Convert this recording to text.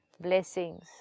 blessings